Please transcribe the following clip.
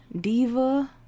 Diva